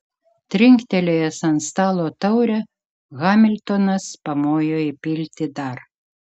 trinktelėjęs ant stalo taurę hamiltonas pamojo įpilti dar